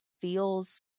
feels